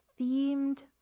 themed